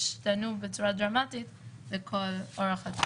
לא, VC בהסכמה רלוונטי אך ורק